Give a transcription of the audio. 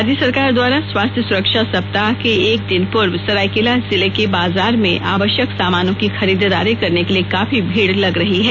राज्य सरकार द्वारा स्वास्थ्य सुरक्षा सप्ताह के एक दिन पूर्व सरायकेला जिले के बाजार में आवश्यक सामानों की खरीदारी करने के लिए काफी भीड़ लग रही है